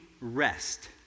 rest